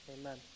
Amen